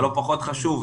אבל לא פחות חשוב,